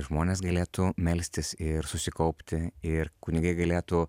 žmonės galėtų melstis ir susikaupti ir kunigai galėtų